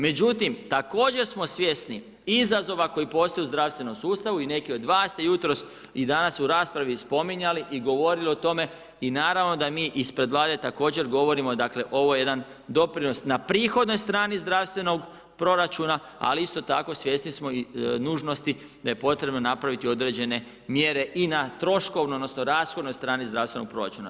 Međutim, također smo svjesni izazova koji postoje u zdravstvenom sustavu i neki od vas ste jutros i danas u raspravi spominjali i govorili o tome i naravno da mi ispred Vlade također govorimo, dakle ovo je jedan doprinos na prihodnoj strani zdravstvenog proračuna ali isto tako svjesni smo i nužnosti da je potrebno napraviti određene mjere i na troškovnoj, odnosno rashodnoj strani zdravstvenog proračuna.